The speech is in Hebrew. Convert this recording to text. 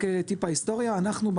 רק קצת היסטוריה אנחנו,